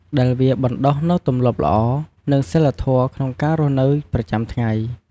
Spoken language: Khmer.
ដែលវាបណ្តុះនូវទម្លាប់ល្អ និងសីលធម៌ក្នុងការរស់នៅប្រចាំថ្ងៃ។